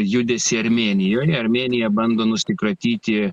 judesį armėnijoj armėnija bando nusikratyti